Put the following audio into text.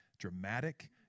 dramatic